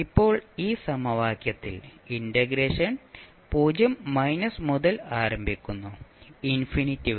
ഇപ്പോൾ ഈ സമവാക്യത്തിൽ ഇന്റഗ്രേഷൻ 0 മുതൽ ആരംഭിക്കുന്നു ഇൻഫിനിറ്റി വരെ